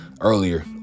earlier